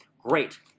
Great